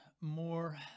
more